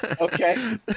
Okay